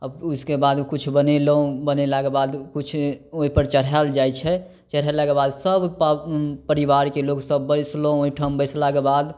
ओकर बाद किछु बनेलहुॅं बनेलाके बाद किछु ओहि पर चढ़ाएल जाइ छै चढ़ेलाके बाद सब परिवारके लोग सब बैसलहुॅं ओहिठाम बैसलाके बाद